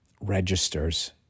registers